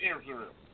Israel